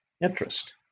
interest